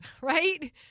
right